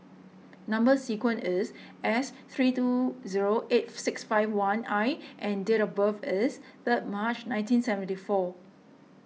Number Sequence is S three two zero eight six five one I and date of birth is third March nineteen seventy four